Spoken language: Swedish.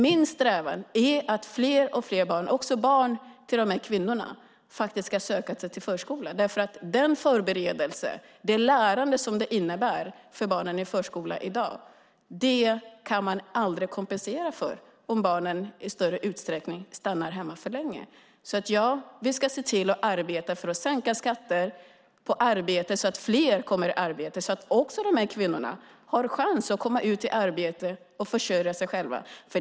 Min strävan är att få fler och fler barn, också barn till dessa kvinnor, att söka sig till förskolan därför att den förberedelse och det lärande som det innebär för barnen i dag kan man aldrig kompensera för om barnen i större utsträckning stannar hemma för länge. Vi ska se till att arbeta för att sänka skatter så att fler kommer i arbete, så att också dessa kvinnor har chans att komma ut i arbete och försörja sig själva.